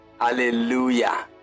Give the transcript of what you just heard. Hallelujah